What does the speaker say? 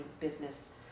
business